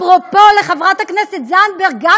אפרופו לחברת הכנסת זנדברג,